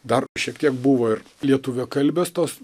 dar šiek tiek buvo ir lietuviakalbės tos